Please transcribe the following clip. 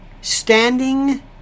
standing